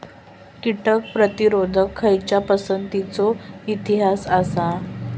कीटक प्रतिरोधक खयच्या पसंतीचो इतिहास आसा?